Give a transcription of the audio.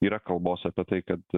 yra kalbos apie tai kad